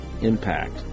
impact